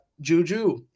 Juju